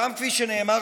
כפי שנאמר,